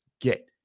get